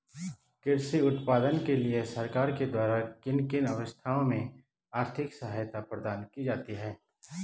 कृषि उत्पादन के लिए सरकार के द्वारा किन किन अवस्थाओं में आर्थिक सहायता प्रदान की जाती है?